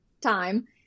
time